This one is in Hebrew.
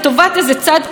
או דנילוביץ',